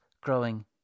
growing